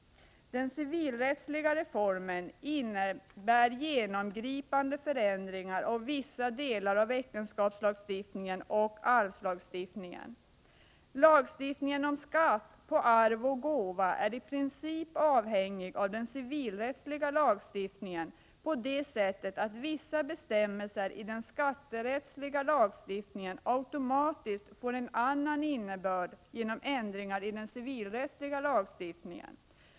Den civilrättsliga reformen innebär genomgripande förändringar av vissa delar av äktenskapslagstiftningen och arvslagstiftningen. Lagstiftningen om skatt på arv och gåva är i princip avhängig av den civilrättsliga lagstiftningen på det sättet att vissa bestämmelser i den skatterättsliga lagstiftningen automatiskt får en annan innebörd genom ändringar i den civilrättsliga lagstiftningen.